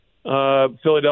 Philadelphia